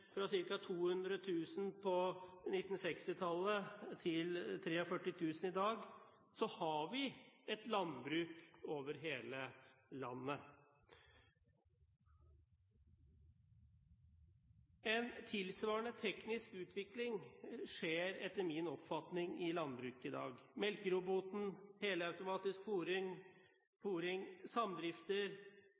fra ca. 200 000 på 1960-tallet til 43 000 i dag, har vi et landbruk over hele landet. En tilsvarende teknisk utvikling skjer etter min oppfatning i landbruket i dag. Melkeroboten, helautomatisk fôring, samdrifter,